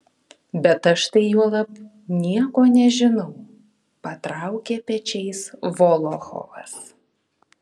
bet aš tai juolab nieko nežinau patraukė pečiais volochovas